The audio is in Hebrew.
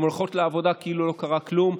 הן הולכות לעבודה כאילו לא קרה כלום,